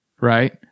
Right